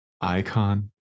icon